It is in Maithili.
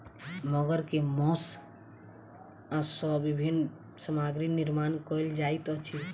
मगर के मौस सॅ विभिन्न सामग्री निर्माण कयल जाइत अछि